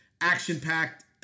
action-packed